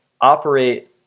operate